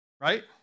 Right